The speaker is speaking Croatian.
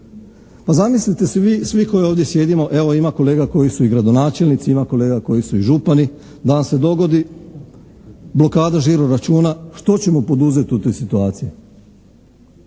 Pa zamislite si vi svi koji ovdje sjedimo, evo ima kolega koji su i gradonačelnici, ima kolega koji su i župani, da nam se dogodi blokada žiro računa, što ćemo poduzeti u toj situaciji.